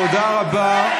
תודה רבה.